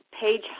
page